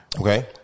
Okay